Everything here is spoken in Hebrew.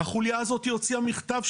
החוליה הזאת הוציאה מכתב,